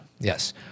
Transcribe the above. Yes